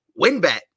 WinBet